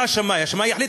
מה השמאי, השמאי יחליט?